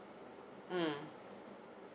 mm